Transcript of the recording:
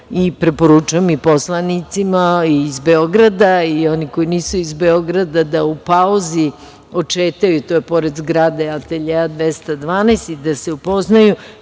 Preporučujem i poslanicima, i iz Beograda i onima koji nisu iz Beograda, da u pauzi odšetaju, to je pored zgrade Ateljea 212 i da se upoznaju